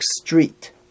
street